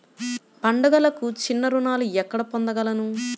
పండుగలకు చిన్న రుణాలు ఎక్కడ పొందగలను?